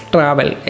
Travel